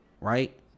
right